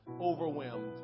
overwhelmed